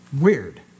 Weird